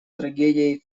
трагедией